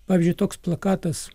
pavyzdžiui toks plakatas